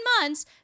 months